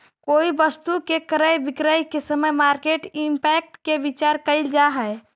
कोई वस्तु के क्रय विक्रय के समय मार्केट इंपैक्ट के विचार कईल जा है